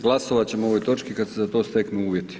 Glasovati ćemo o ovoj točki kada se za to steknu uvjeti.